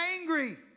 angry